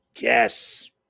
Yes